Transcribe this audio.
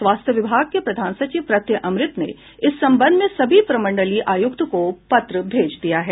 स्वास्थ्य विभाग के प्रधान सचिव प्रत्यय अमृत ने इस संबंध में सभी प्रमंडलीय आयुक्त को पत्र भेजे दिया है